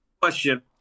Question